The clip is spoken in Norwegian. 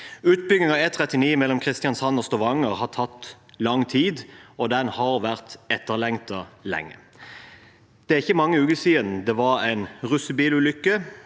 Utbyggingen av E39 mellom Kristiansand og Stavanger har tatt lang tid, og den har vært etterlengtet lenge. Det er ikke mange uker siden det var en russebilulykke.